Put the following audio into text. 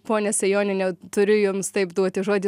ponia sejoniene turiu jums taip duoti žodį